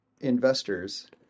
investors